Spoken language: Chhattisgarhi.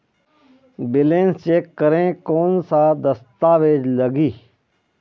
बैलेंस चेक करें कोन सा दस्तावेज लगी?